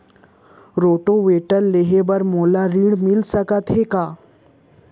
Rotavator लेहे बर मोला ऋण मिलिस सकत हे का?